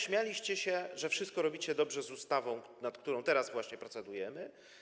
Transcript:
Śmialiście się, że wszystko robicie dobrze z ustawą, nad którą teraz właśnie procedujemy.